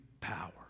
power